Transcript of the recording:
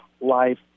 life